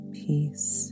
peace